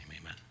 amen